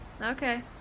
Okay